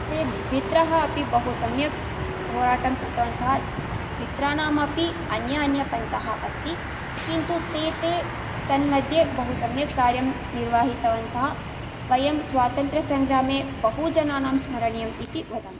ते द्वित्रः अपि बहु सम्यक् होराटं कृतवन्तः द्वित्राणाम् अपि अन्या अन्य पन्तः अस्ति किन्तु ते ते तन्मध्ये बहु सम्यक् कार्यं निर्वाहितवन्तः वयं स्वातन्त्रयसङ्ग्रामे बहु जनानां स्मरणीयम् इति वदामि